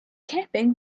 camping